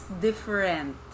different